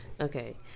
Okay